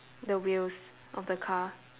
the wheels of the car